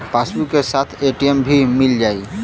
Passbook के साथ ATM भी मील जाई?